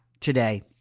today